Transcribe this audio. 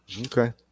Okay